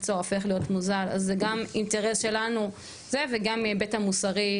קיצור הכשרות שמקיימים בחברה החרדית,